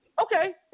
Okay